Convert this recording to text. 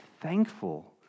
thankful